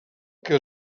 que